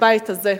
בבית הזה,